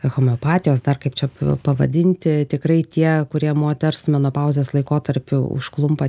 homeopatijos dar kaip čia pavadinti tikrai tie kurie moters menopauzės laikotarpiu užklumpa